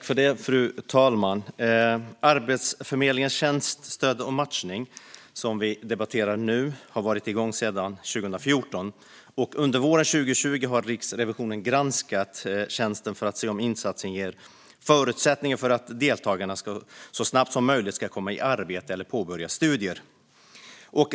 Fru talman! Arbetsförmedlingens tjänst Stöd och matchning, som vi debatterar nu, har varit igång sedan 2014. Under våren 2020 granskade Riksrevisionen tjänsten för att se om insatsen ger förutsättningar för att deltagarna så snabbt som möjligt ska komma i arbete eller påbörja studier.